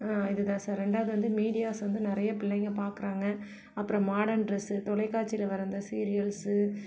இதுதான் சார் ரெண்டாவது வந்து மீடியாஸ் வந்து நிறைய பிள்ளைங்களை பார்க்குறாங்க அப்புறம் மாடர்ன் ட்ரஸு தொலைக்காட்சியில் வர அந்த சீரியல்ஸு